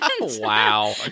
Wow